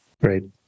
Great